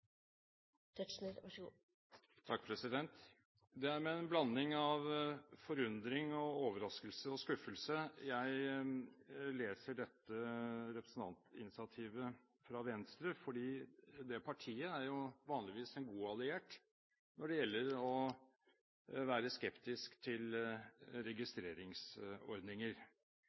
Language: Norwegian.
Det er med en blanding av forundring, overraskelse og skuffelse jeg leser dette representantinitiativet fra Venstre, for det partiet er vanligvis en god alliert når det gjelder å være skeptisk til registreringsordninger.